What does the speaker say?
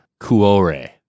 Kuore